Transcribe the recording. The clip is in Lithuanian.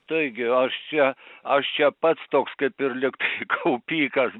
taigi aš čia aš čia pats toks kaip ir lyg tai kaupikas